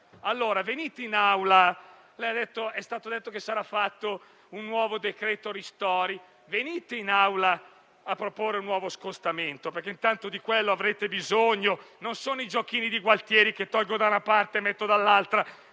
già chiuso, ed è stato detto che sarà fatto un nuovo decreto ristori, venite allora in Assemblea a proporre un nuovo scostamento perché tanto è di quello avrete bisogno. Non sono i giochini di Gualtieri, che tolgono da una parte e mettono dall'altra,